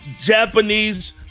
Japanese